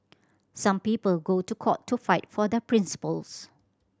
some people go to court to fight for their principles